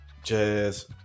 jazz